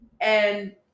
and-